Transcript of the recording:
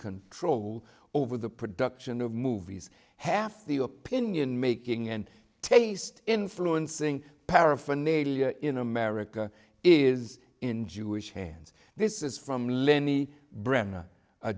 control over the production of movies half the opinion making and taste influencing paraphernalia in america is in jewish hands this is from lenny bremner a